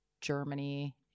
Germany